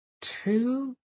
two